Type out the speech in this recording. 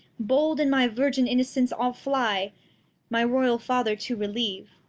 bold in my virgin innocence, i'll fly my royal father to relieve,